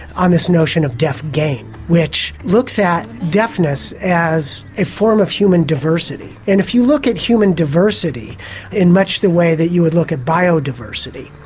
on this notion of deaf gain, which looks at deafness as a form of human diversity. and if you look at human diversity in much the way that you would look at biodiversity,